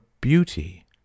beauty